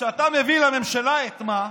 שאתה מביא לממשלה, את מה?